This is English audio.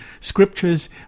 scriptures